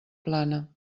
plana